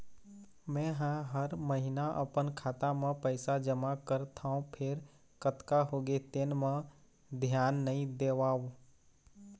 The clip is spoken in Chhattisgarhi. मेंहा हर महिना अपन खाता म पइसा जमा करथँव फेर कतका होगे तेन म धियान नइ देवँव